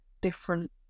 different